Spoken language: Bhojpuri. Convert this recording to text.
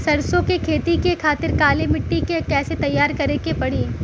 सरसो के खेती के खातिर काली माटी के कैसे तैयार करे के पड़ी?